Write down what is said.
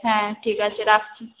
হ্যাঁ ঠিক আছে রাখছি